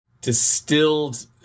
distilled